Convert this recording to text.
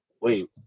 wait